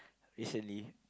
recently